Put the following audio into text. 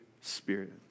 Spirit